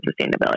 sustainability